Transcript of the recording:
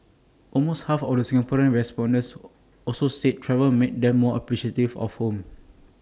almost half of the Singaporean respondents also said travel made them more appreciative of home